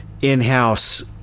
in-house